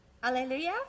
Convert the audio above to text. Hallelujah